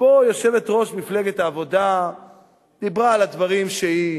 שבו יושבת-ראש מפלגת העבודה דיברה על הדברים שהיא